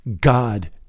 god